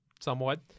Somewhat